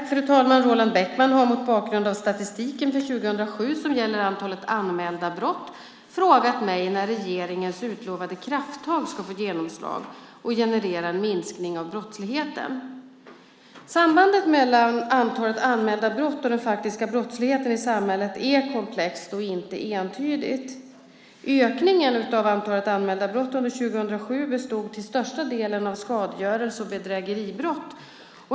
Fru talman! Roland Bäckman har mot bakgrund av statistiken för 2007 som gäller antalet anmälda brott frågat mig när regeringens utlovade krafttag ska få genomslag och generera en minskning av brottsligheten. Sambandet mellan antalet anmälda brott och den faktiska brottsligheten i samhället är komplext och inte entydigt. Ökningen av antalet anmälda brott under 2007 bestod till största delen av skadegörelse och bedrägeribrott.